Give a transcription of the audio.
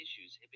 issues